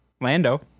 Lando